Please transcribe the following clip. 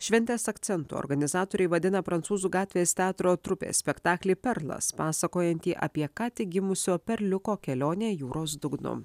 šventės akcentu organizatoriai vadina prancūzų gatvės teatro trupės spektaklį perlas pasakojantį apie ką tik gimusio perliuko kelionę jūros dugnu